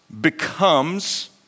becomes